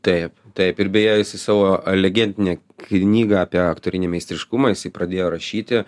taip taip ir beje jisai savo legendinę knygą apie aktorinį meistriškumą jisai pradėjo rašyti